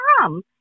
Mom